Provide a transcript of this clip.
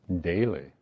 daily